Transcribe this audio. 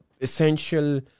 essential